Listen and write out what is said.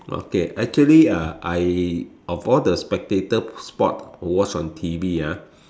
okay actually uh I of all the spectator sport watch on T_V ah